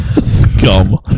Scum